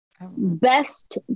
best